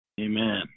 Amen